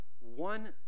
one